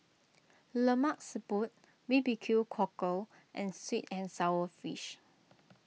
Lemak Siput B B Q Cockle and Sweet and Sour Fish